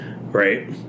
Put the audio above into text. right